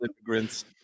immigrants